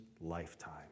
lifetime